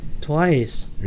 Twice